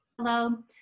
Hello